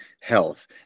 health